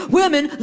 women